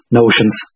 notions